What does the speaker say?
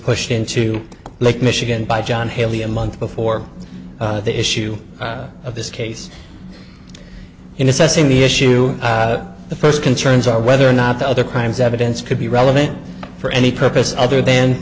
pushed into lake michigan by john haley a month before the issue of this case in assessing the issue the first concerns are whether or not the other crimes evidence could be relevant for any purpose other than